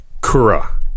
Kura